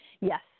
Yes